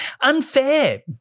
Unfair